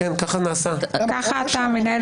אנחנו מפריעים לו.